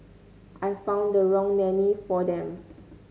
I found the wrong nanny for them